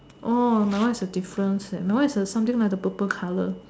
orh my one is the difference leh my one is the something like the purple color